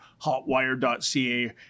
hotwire.ca